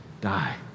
die